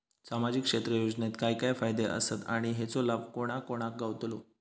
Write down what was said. सामजिक क्षेत्र योजनेत काय काय फायदे आसत आणि हेचो लाभ कोणा कोणाक गावतलो?